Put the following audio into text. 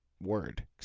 word